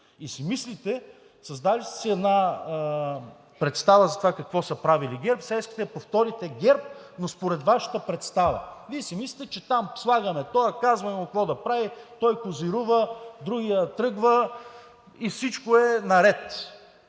И си мислите, създали сте си една представа за това какво са правили ГЕРБ – сега искате да повторите ГЕРБ, но според Вашата представа. Вие си мислите, че там слагаме тоя, казваме му какво да прави, той козирува, другият тръгва и всичко е наред.